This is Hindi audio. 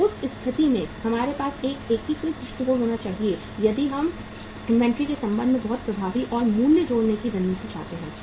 तो उस स्थिति में हमारे पास एक एकीकृत दृष्टिकोण होना चाहिए यदि हम इन्वेंट्री के संबंध में बहुत प्रभावी और मूल्य जोड़ने की रणनीति चाहते हैं